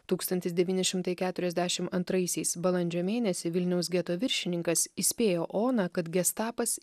tūkstantis devyni šimtai keturiasdešim antraisiais balandžio mėnesį vilniaus geto viršininkas įspėjo oną kad gestapas